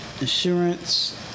insurance